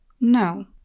No